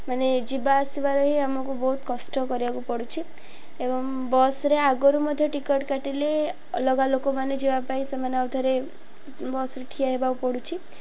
ମାନେ ଯିବା ଆସିବାର ହିଁ ଆମକୁ ବହୁତ କଷ୍ଟ କରିବାକୁ ପଡ଼ୁଛି ଏବଂ ବସ୍ରେ ଆଗରୁ ମଧ୍ୟ ଟିକେଟ କାଟିଲେ ଅଲଗା ଲୋକମାନେ ଯିବା ପାଇଁ ସେମାନେ ଆଉଥରେ ବସ୍ରେ ଠିଆ ହେବାକୁ ପଡ଼ୁଛି